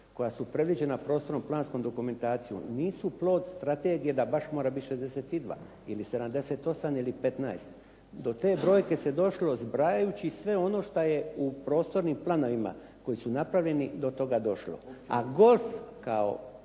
koja su predviđena prostorno-planskom dokumentacijom nisu plod strategije da baš mora biti 62 ili 78 ili 15. Do te brojke se došlo zbrajajući sve ono šta je u prostornim planovima koji su napravljeni do toga došlo. A golf kao